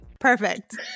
Perfect